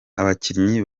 abakinnyi